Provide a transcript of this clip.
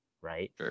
Right